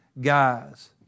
guys